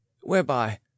whereby